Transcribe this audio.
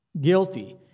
guilty